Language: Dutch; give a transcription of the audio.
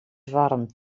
warmt